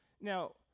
Now